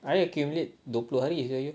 I accumulate dua puluh hari sia you